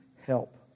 help